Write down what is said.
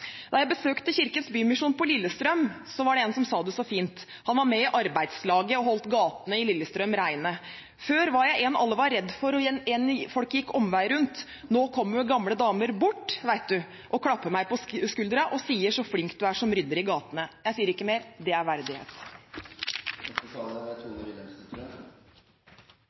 Da jeg besøkte Kirkens Bymisjon på Lillestrøm, var det en som sa det så fint. Han var med i arbeidslaget og holdt gatene i Lillestrøm rene. Han sa: «Før var jeg en alle var redd for og gikk omveier rundt. Nå kommer jo gamle damer bort, veit du, og klapper meg på skuldra og sier: Så flink du er som rydder i gatene!» Jeg sier ikke mer. Det er verdighet. Det er